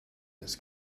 its